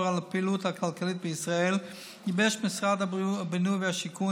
על הפעילות הכלכלית בישראל גיבש משרד הבינוי והשיכון,